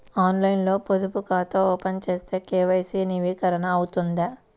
ఆన్లైన్లో పొదుపు ఖాతా ఓపెన్ చేస్తే కే.వై.సి నవీకరణ అవుతుందా?